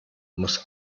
muss